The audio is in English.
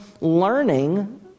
learning